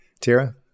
Tira